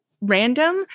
random